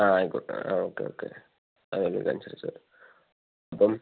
ആ ആയിക്കോട്ടെ ആ ഓക്കെ ഓക്കെ അതിന് അനുസരിച്ച് അപ്പം